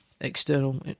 external